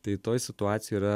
tai toj situacijoj yra